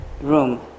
Room